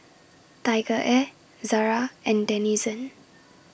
TigerAir Zara and Denizen